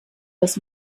das